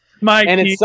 Mike